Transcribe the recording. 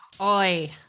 Oi